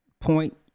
point